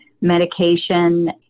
medication